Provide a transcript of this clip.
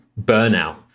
burnout